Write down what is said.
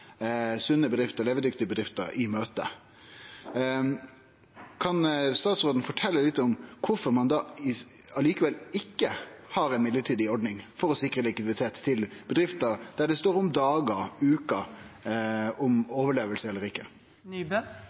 sunne og levedyktige bedrifter i møte. Kan statsråden fortelje litt om kvifor ein likevel ikkje har ei midlertidig ordning for å sikre likviditet til bedrifter der det står om dagar og veker om ein overlever eller